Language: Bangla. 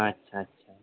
আচ্ছা আচ্ছা